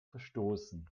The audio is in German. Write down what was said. verstoßen